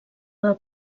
del